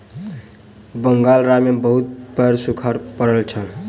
बंगाल राज्य में बहुत पैघ सूखाड़ पड़ल छल